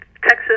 Texas